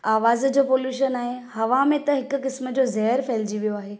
आवाज़ जो पॉल्युशन आहे हवा में त हिकु किस्म जो ज़हर फैलजी वियो आहे